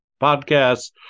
Podcasts